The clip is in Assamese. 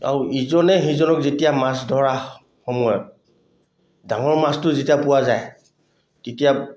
আৰু ইজনে সিজনক যেতিয়া মাছ ধৰা সময়ত ডাঙৰ মাছটো যেতিয়া পোৱা যায় তেতিয়া